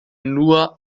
nur